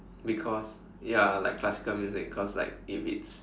because ya like classical music cause like if it's